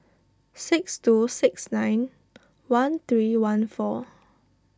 six two six nine one three one four